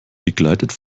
begleitet